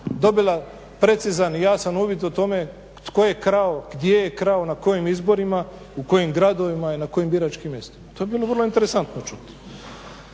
dobila precizan i jasan uvid o tome tko je krao, gdje je krao, na kojim izborima, u kojim gradovima, na kojim biračkim mjestima. To bi bilo vrlo interesantno čuti.